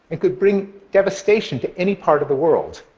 it could bring devastation to any part of the world.